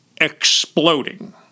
exploding